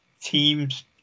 teams